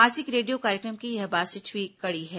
मासिक रेडियो कार्यक्रम की यह बासठवीं कड़ी है